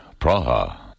Praha